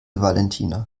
valentina